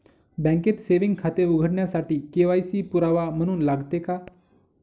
बँकेत सेविंग खाते उघडण्यासाठी के.वाय.सी पुरावा म्हणून लागते का?